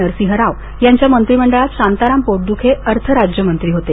नरसिंह राव यांच्या मंत्रिमंडळात शांताराम पोटदुखे अर्थ राज्यमंत्री होते